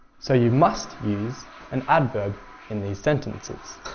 so you must use an adverb in these sentences.